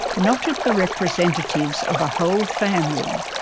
not at the representatives of a whole family,